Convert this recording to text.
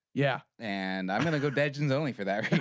yeah and i'm going to go badlands only for that.